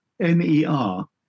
M-E-R